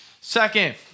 Second